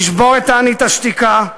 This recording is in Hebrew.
תשבור את תענית השתיקה,